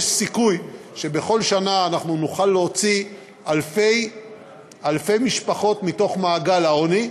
יש סיכוי שבכל שנה אנחנו נוכל להוציא אלפי משפחות ממעגל העוני,